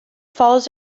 follows